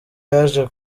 yaje